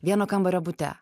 vieno kambario bute